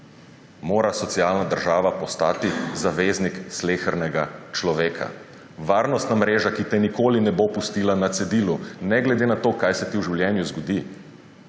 mora socialna država postati zaveznik slehernega človeka, varnostna mreža, ki te nikoli ne bo pustila na cedilu, ne glede na to, kaj se ti v življenju zgodi.